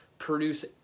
Produce